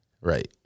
Right